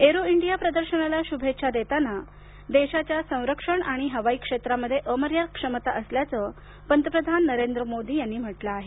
जो इंडिया प्रदर्शनाला शुभेच्छा देताना देशाच्या संरक्षण आणि हवाई क्षेत्रामध्ये अमर्याद क्षमता असल्याचं पंतप्रधान नरेंद्र मोदी यांनी म्हटलं आहे